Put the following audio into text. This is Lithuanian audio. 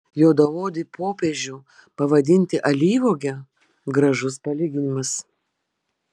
juodaodį popiežių pavadinti alyvuoge gražus palyginimas